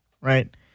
right